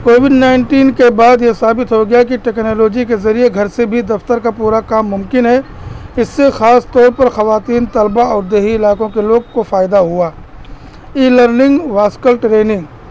Covid nineteen کے بعد یہ ثابت ہو گیا کہ ٹیکنالوجی کے ذریعے گھر سے بھی دفتر کا پورا کام ممکن ہے اس سے خاص طور پر خواتین طلبہ اور دیہی علاقوں کے لوگ کو فائدہ ہوا ای لرننگ و اسکل ٹریننگ